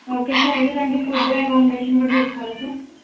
okay sir అయితే దానికి food accommodation కూడా చూసుకోవాలా సార్